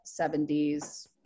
70s